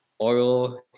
oil